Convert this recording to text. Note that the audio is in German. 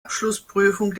abschlussprüfung